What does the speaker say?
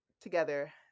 together